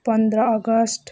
पन्ध्र अगस्ट